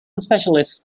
specialists